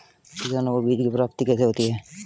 किसानों को बीज की प्राप्ति कैसे होती है?